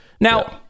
Now